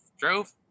drove